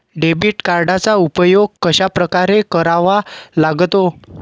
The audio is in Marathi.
डेबिट कार्डचा उपयोग कशाप्रकारे करावा लागतो?